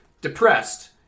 Depressed